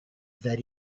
that